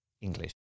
English